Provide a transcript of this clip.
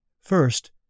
First